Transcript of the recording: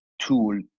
tool